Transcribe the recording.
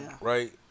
Right